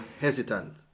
hesitant